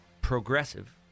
progressive